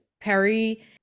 Perry